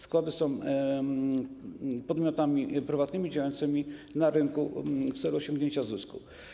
Składy są podmiotami prywatnymi działającymi na rynku w celu osiągnięcia zysku.